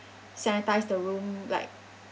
sanitize the room like